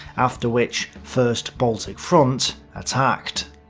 after which first baltic front attacked.